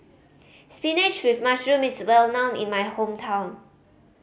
spinach with mushroom is well known in my hometown